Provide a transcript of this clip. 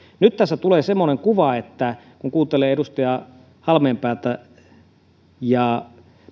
nyt tässä tulee semmoinen kuva kun kuuntelee edustaja halmeenpäätä ja